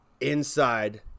inside